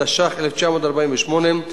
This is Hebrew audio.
התש"ח 1948,